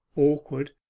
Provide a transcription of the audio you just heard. awkward,